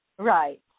Right